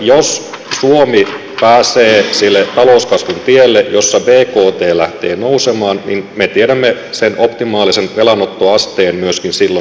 jos suomi pääsee sille talouskasvun tielle jossa bkt lähtee nousemaan niin me tiedämme sen optimaalisen velanottoasteen myöskin silloin